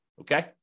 okay